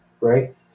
right